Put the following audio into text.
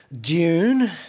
Dune